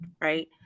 right